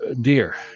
dear